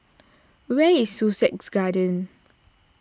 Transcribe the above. where is Sussex Garden